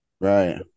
Right